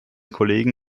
kollegen